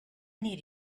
need